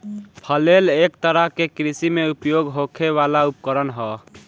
flail एक तरह के कृषि में उपयोग होखे वाला उपकरण ह